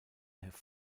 have